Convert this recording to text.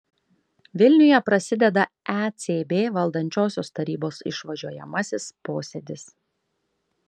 vilniuje prasideda ecb valdančiosios tarybos išvažiuojamasis posėdis